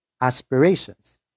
aspirations